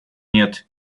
нет